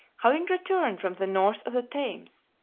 having returned from the north of the thames,